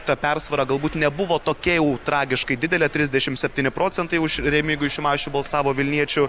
ta persvara galbūt nebuvo tokia jau tragiškai didelė trisdešimt septyni procentai už remigijų šimašių balsavo vilniečių